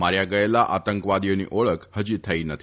માર્યા ગયેલા આતંકવાદીઓની ઓળખ હજી થઇ નથી